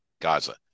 Gaza